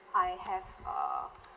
I have err